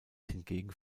hingegen